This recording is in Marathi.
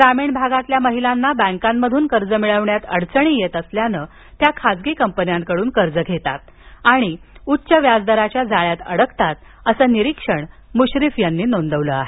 ग्रामीण भागातील महिलांना बँकांमधून कर्ज मिळवण्यात अडचणी येत असल्यानं त्या खासगी कंपन्यांकडून कर्ज घेतात आणि उच्च व्याज दराच्या जाळ्यात अडकतात असं निरीक्षण मुश्रीफ यांनी नोंदवलं आहे